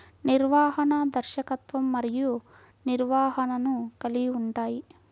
నిర్వహణ, దర్శకత్వం మరియు నిర్వహణను కలిగి ఉంటాయి